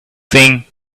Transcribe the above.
thing